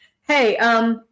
Hey